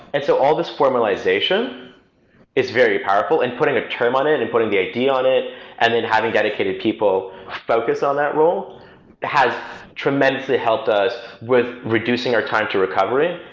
and so all these formalization is very powerful, and putting a term on it and putting the idea on it and then having dedicated people focus on that role has tremendously helped us with reducing our time to recovery,